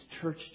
church